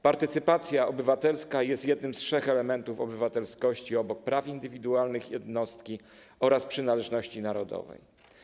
Partycypacja obywatelska jest jednym z trzech elementów obywatelskości obok praw indywidualnych jednostki oraz przynależności narodowej.